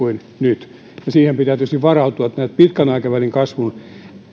vaimeampia kuin nyt ja siihen pitää tietysti varautua näitä pitkän aikavälin kasvun